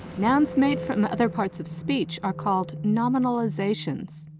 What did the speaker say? nouns made from other parts of speech are called nominalizations.